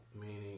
meaning